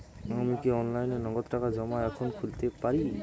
আমি কি অনলাইনে নগদ টাকা জমা এখন খুলতে পারি?